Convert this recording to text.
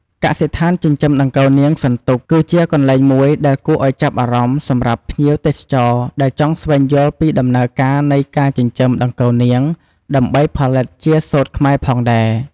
កសិដ្ឋានចិញ្ចឹមដង្កូវនាងសន្ទុក គឺជាកន្លែងមួយដែលគួរឲ្យចាប់អារម្មណ៍សម្រាប់ភ្ញៀវទេសចរដែលចង់ស្វែងយល់ពីដំណើរការនៃការចិញ្ចឹមដង្កូវនាងដើម្បីផលិតជាសូត្រខ្មែរផងដែរ។